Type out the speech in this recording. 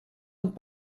und